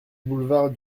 boulevard